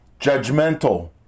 judgmental